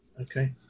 Okay